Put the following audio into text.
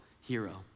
hero